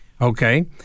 okay